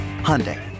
Hyundai